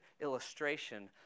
illustration